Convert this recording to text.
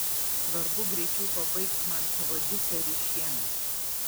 svarbu greičiau pabaigt man savo diserį šiemet